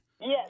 Yes